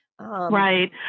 right